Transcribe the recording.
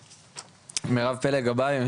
מרב פלג גבאי,